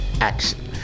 action